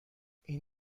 این